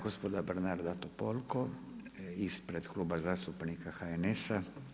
Gospođa Bernarda Topolko ispred Kluba zastupnika HNS-a.